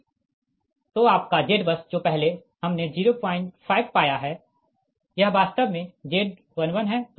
तो आपका ZBUS जो पहले हमने 05 पाया है यह वास्तव में Z11 है